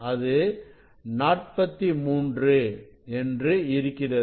அது 43 என்று இருக்கிறது